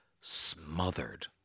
smothered